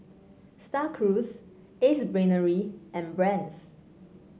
Star Cruise Ace Brainery and Brand's